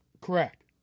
Correct